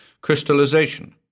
crystallization—